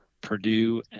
Purdue